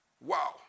Wow